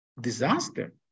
disaster